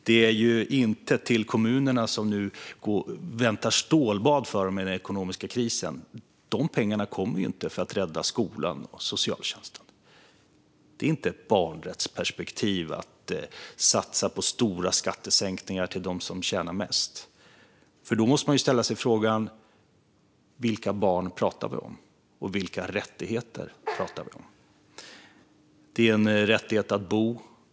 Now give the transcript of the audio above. Det är inte till kommunerna, för vilka ett stålbad nu väntar i den ekonomiska krisen, som pengarna kommer för att skolan och socialtjänsten ska räddas. Det är inte ett barnrättsperspektiv att satsa på stora skattesänkningar till dem som tjänar mest. Då måste man ställa frågan: Vilka barn pratar vi om, och vilka rättigheter pratar vi om? Det är en rättighet att bo.